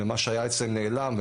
ומה שהיה אצלם נעלם,